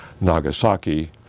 Nagasaki